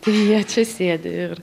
tai jie čia sėdi ir